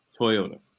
Toyota